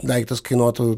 daiktas kainuotų